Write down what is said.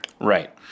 Right